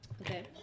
Okay